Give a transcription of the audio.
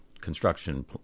construction